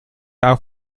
auf